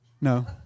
No